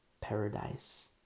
paradise